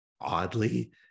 Oddly